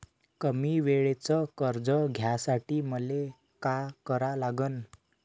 कमी वेळेचं कर्ज घ्यासाठी मले का करा लागन?